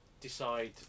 decide